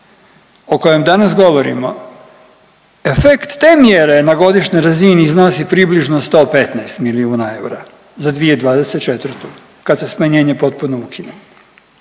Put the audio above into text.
o kojem danas govorimo, efekt te mjere na godišnjoj razini iznosi približno 115 milijuna eura za 2024. kad se smanjenje potpuno ukine.